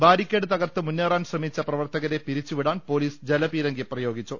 barricade തകർത്ത് മുന്നേ റാൻ ശ്രമിച്ച പ്രവർത്തകരെ പിരിച്ചുവിടാൻ പോലീസ് ജലപീരങ്കി പ്രയോഗിച്ചു